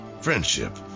friendship